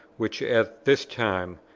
which at this time,